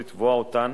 לתבוע אותן